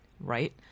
Right